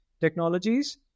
technologies